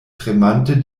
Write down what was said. tremante